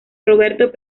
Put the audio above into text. roberto